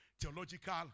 theological